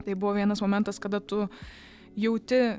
tai buvo vienas momentas kada tu jauti